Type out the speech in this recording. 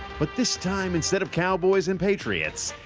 but this time instead of cowboys and patriots,